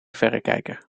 verrekijker